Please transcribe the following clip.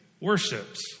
worships